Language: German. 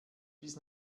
bis